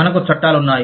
మనకు చట్టాలు ఉన్నాయి